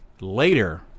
later